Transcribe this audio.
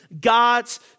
God's